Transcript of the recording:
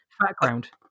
background